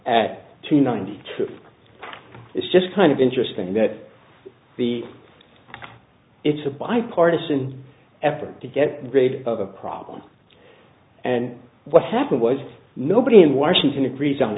at two ninety two it's just kind of interesting that the it's a bipartisan effort to get rid of a problem and what happened was nobody in washington agrees on